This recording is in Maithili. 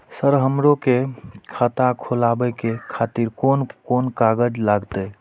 सर हमरो के खाता खोलावे के खातिर कोन कोन कागज लागते?